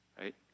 right